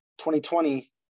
2020